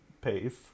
pace